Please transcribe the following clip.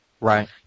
Right